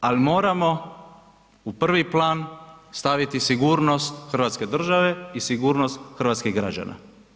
Ali moramo u prvi plan staviti sigurnost hrvatske države i sigurnost hrvatskih građana.